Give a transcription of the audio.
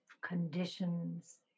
conditions